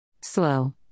Slow